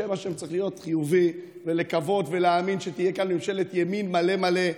בשם השם צריך להיות חיובי ולקוות ולהאמין שתהיה כאן ממשלת ימין מלא מלא,